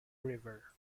river